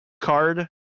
card